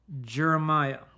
Jeremiah